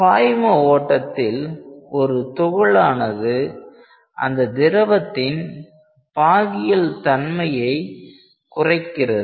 பாய்ம ஓட்டத்தில் ஒரு துகளானது அந்த திரவத்தின் பாகியல் தன்மையை குறைக்கிறது